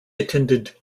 attended